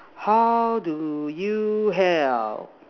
how do you help